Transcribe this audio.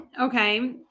okay